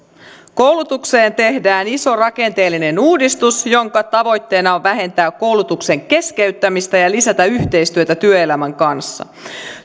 koulutukseen tehdään iso rakenteellinen uudistus jonka tavoitteena on vähentää koulutuksen keskeyttämistä ja lisätä yhteistyötä työelämän kanssa